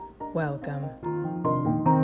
welcome